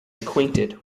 acquainted